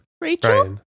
Rachel